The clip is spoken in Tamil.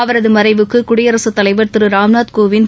அவரதுமறைவுக்குடியரசுத் தலைவா் திருராம்நாத் கோவிந்த்